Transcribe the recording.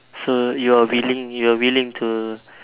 so you're willing you're willing to